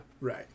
Right